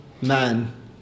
man